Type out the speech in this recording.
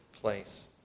place